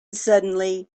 suddenly